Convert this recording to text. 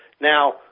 Now